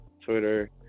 Twitter